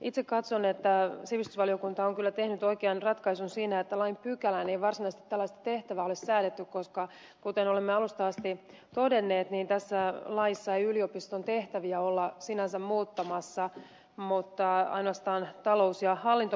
itse katson että sivistysvaliokunta on kyllä tehnyt oikean ratkaisun siinä että lain pykälään ei varsinaisesti tällaista tehtävää ole säädetty koska kuten olemme alustavasti todenneet tässä laissa ei yliopiston tehtäviä olla sinänsä muuttamassa vaan ainoastaan talous ja hallinto muuttuu